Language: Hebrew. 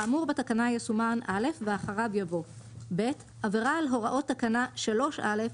האמור בתקנה יסומן (א) ואחריו יבוא: "(ב) עבירה על הוראות תקנה 3(א),